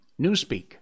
Newspeak